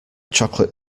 chocolate